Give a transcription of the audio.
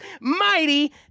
mighty